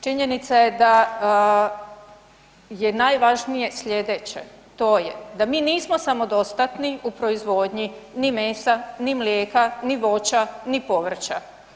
Činjenica je da je najvažnije slijedeće, to je da mi nismo samodostatni u proizvodnji ni mesa, ni mlijeka, ni voća, ni povrća.